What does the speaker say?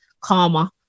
karma